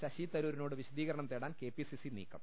ശശിതരൂ രിനോട് വിശദീകരണം തേടാൻ കെപിസിസി നീക്കം